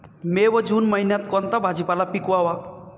मे व जून महिन्यात कोणता भाजीपाला पिकवावा?